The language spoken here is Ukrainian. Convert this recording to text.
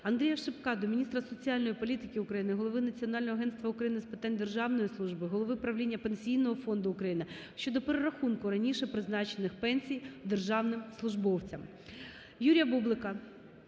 Андрія Шипка до міністра соціальної політики України, голови Національного агентства України з питань державної служби, Голови правління Пенсійного фонду України щодо перерахунку раніше призначених пенсій державним службовцям.